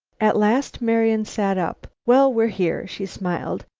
at last marian sat up. well, we're here, she smiled,